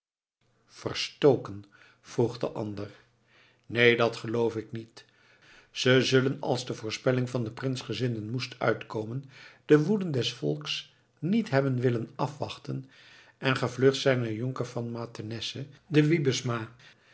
verstoken vroeg de ander neen dat geloof ik niet ze zullen als de voorspelling van de prinsgezinden moest uitkomen de woede des volks niet hebben willen afwachten en gevlucht zijn naar jonker van mathenesse de